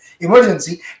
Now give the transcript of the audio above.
emergency